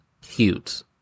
cute